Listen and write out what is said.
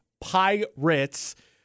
pirates